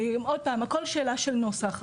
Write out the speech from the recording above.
עוד פעם הכל שאלה של נוסח.